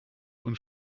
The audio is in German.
und